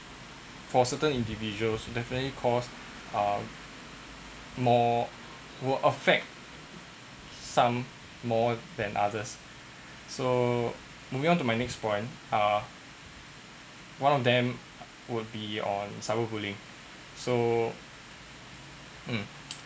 for certain individuals definitely cause uh more would affect some more than others so moving on to my next point uh one of them would be on cyber-bullying so mm